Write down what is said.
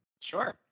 Sure